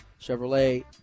Chevrolet